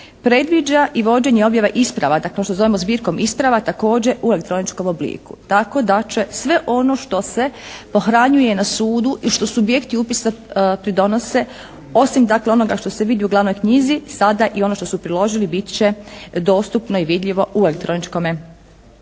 predviđa i vođenje i objava isprava, kao što zove zbirkom isprava također u elektroničkom obliku tako da će sve ono što se pohranjuje na sudu i što subjekti upisa pridonose osim dakle onoga što se vidi u glavnoj knjizi sada i ono što su priložili bit će dostupno i vidljivo u elektroničkome obliku